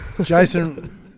Jason